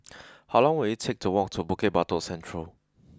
how long will it take to walk to Bukit Batok Central